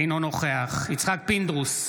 אינו נוכח יצחק פינדרוס,